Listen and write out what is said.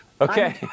Okay